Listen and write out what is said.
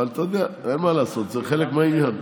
אבל אתה יודע, אין מה לעשות, זה חלק מהעניין.